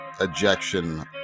ejection